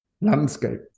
landscape